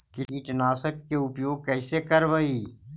कीटनाशक के उपयोग कैसे करबइ?